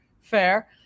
fair